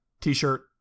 t-shirt